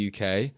UK